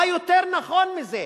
מה יותר נכון מזה?